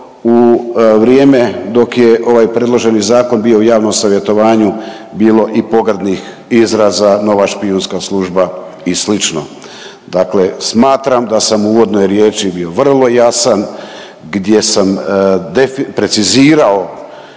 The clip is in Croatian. u vrijeme dok je ovaj predloženi zakon bio u javnom savjetovanju bilo i pogrdnih izraza nova špijunska služba i slično. Dakle, smatram da sam u uvodnoj riječi bio vrlo jasan, gdje sam precizirao